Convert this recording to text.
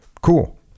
cool